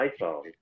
iPhone